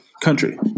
country